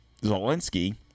Zelensky